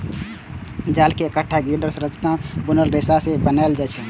जाल कें एकटा ग्रिडक संरचना मे बुनल रेशा सं बनाएल जाइ छै